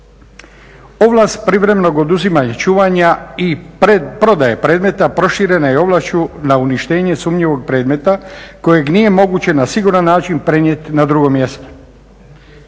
Ovlast privremenog oduzimanja i čuvanja i prodaje predmeta proširena je ovlašću na uništenje sumnjivog predmeta kojeg nije moguće na siguran način prenijeti na drugo mjesto.